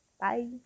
Bye